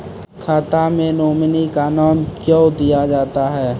खाता मे नोमिनी का नाम क्यो दिया जाता हैं?